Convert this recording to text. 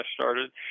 started